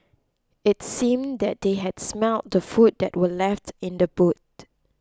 it seemed that they had smelt the food that were left in the boot